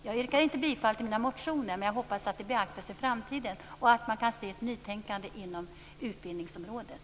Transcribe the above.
Jag yrkar inte bifall till mina motioner, men jag hoppas att det jag har sagt beaktas i framtiden och att man kan se ett nytänkande inom utbildningsområdet.